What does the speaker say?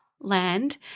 land